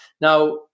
Now